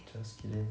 just kidding